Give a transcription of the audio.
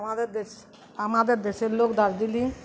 আমাদের দেশ আমাদের দেশের লোক দার্জিলিং